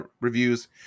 reviews